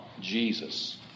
Jesus